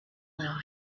allow